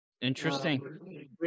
Interesting